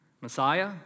Messiah